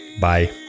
Bye